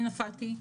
אני נפלתי,